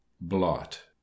Blot